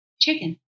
chicken